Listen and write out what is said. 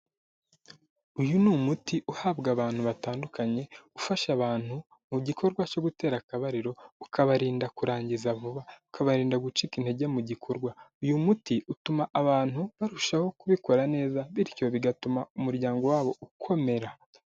Uyu ni umuti uhabwa abantu batandukanye, ufasha abantu mu gikorwa cyo gutera akabariro, ukabarinda kurangiza vuba. Ukabarinda gucika intege mu gikorwa. Uyu muti utuma abantu barushaho kubikora neza. Bityo bigatuma umuryango wabo ukomera.